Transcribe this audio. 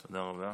תודה רבה.